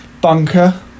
Bunker